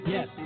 Yes